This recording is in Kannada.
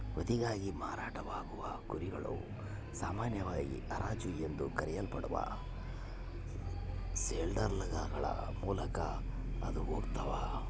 ವಧೆಗಾಗಿ ಮಾರಾಟವಾಗುವ ಕುರಿಗಳು ಸಾಮಾನ್ಯವಾಗಿ ಹರಾಜು ಎಂದು ಕರೆಯಲ್ಪಡುವ ಸೇಲ್ಯಾರ್ಡ್ಗಳ ಮೂಲಕ ಹಾದು ಹೋಗ್ತವ